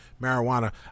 marijuana